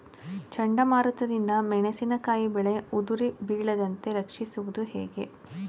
ಚಂಡಮಾರುತ ದಿಂದ ಮೆಣಸಿನಕಾಯಿ ಬೆಳೆ ಉದುರಿ ಬೀಳದಂತೆ ರಕ್ಷಿಸುವುದು ಹೇಗೆ?